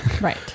Right